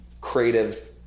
creative